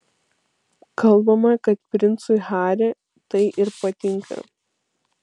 kalbama kad princui harry tai ir patinka